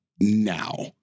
now